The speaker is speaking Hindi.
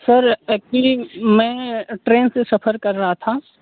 सर एक्चुअली मैं ट्रेन से सफ़र कर रहा था